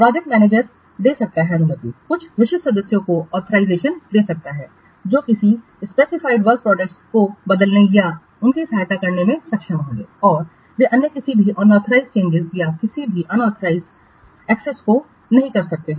project manager दे सकता है अनुमति कुछ विशिष्ट सदस्यों कोऑथराइजेशनदे सकता है जो किसी स्पेसिफाइड वर्क प्रोडक्टस को बदलने या उनकी सहायता करने में सक्षम होंगे और वे अन्य किसी भी अनऑथराइज चेंजिंस या किसी भी अनऑथराइज उनको एक्सेस नहीं कर सकता हैं